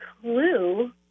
clue